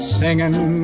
singing